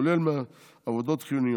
כולל מעבודות חיוניות,